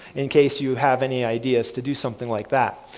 in case you have any ideas to do something like that,